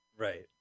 Right